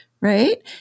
right